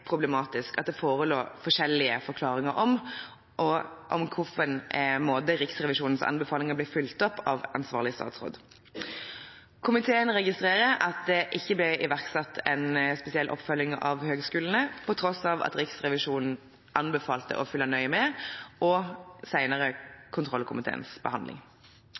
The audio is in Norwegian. problematisk at det forelå forskjellige forklaringer om på hvilken måte Riksrevisjonens anbefalinger ble fulgt opp av ansvarlig statsråd. Komiteen registrerer at det ikke ble iverksatt en spesiell oppfølging av høgskolene, på tross av at Riksrevisjonen anbefalte å følge nøye med, og senere kontrollkomiteens behandling.